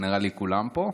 נראה לי כולם פה,